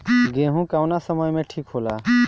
गेहू कौना समय मे ठिक होला?